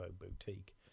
boutique